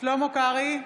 שלמה קרעי,